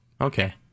Okay